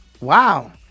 Wow